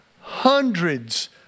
hundreds